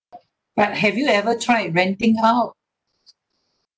but have you ever tried renting out